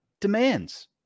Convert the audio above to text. demands